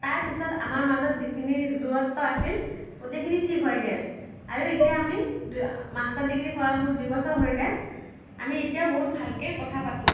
তাৰ পিছত আমাৰ মাজত যিখিনি দূৰত্ব আছিল গোটেইখিনি ঠিক হয় গেল আৰু এতিয়া আমি মাষ্টাৰ ডিগ্ৰী কৰা মোৰ দুই বছৰ হয় গেল আমি এতিয়াও বহুত ভালকৈ কথা পাতো